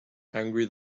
angry